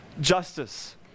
Justice